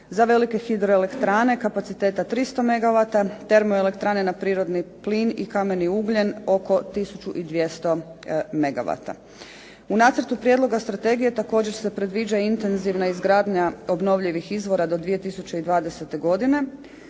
Za velike hidroelektrane kapaciteta 300 mega vata, termoelektrane na prirodni plin i kameni ugljen oko 1200 mega vata. U nacrtu prijedloga strategije također se predviđa intenzivna izgradnja obnovljivih izvora do 2020. godine